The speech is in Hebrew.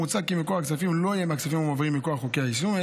מוצע כי מקור הכספים לא יהיה מהכספים המועברים מכוח חוקי היישום,